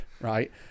right